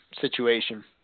situation